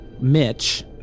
mitch